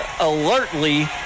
alertly